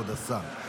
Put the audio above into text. כבוד השר,